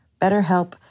BetterHelp